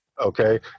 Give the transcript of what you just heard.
Okay